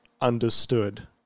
understood